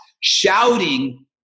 shouting